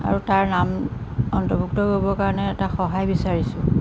আৰু তাৰ নাম অন্তৰ্ভুক্ত কৰিব কাৰণে এটা সহায় বিচাৰিছোঁ